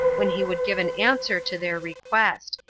when he would give an answer to their request.